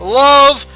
love